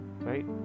right